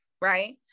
right